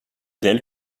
d’elle